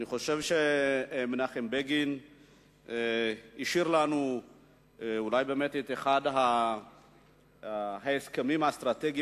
אני חושב שמנחם בגין השאיר לנו באמת את אחד ההסכמים האסטרטגיים